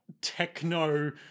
techno